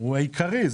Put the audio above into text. הוא העיקרי,